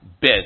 bed